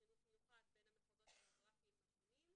חינוך מיוחד בין המחוזות בגרפים השונים.